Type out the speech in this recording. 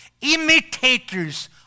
imitators